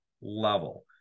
level